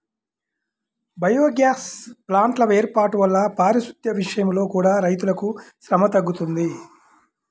biogas ప్లాంట్ల వేర్పాటు వల్ల పారిశుద్దెం విషయంలో కూడా రైతులకు శ్రమ తగ్గుతుంది